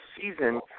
season